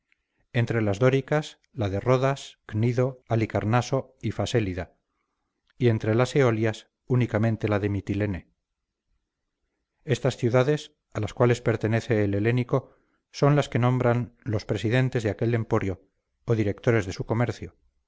entre las dóricas las de rodas cnido halicarnaso y faselida y entre las eolias únicamente la de mitilene estas ciudades a las cuales pertenece el helénico son las que nombran los presidentes de aquel emporio o directores de su comercio